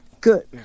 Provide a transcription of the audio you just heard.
Good